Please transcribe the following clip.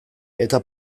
eta